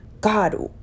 God